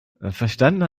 verstanden